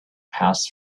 passed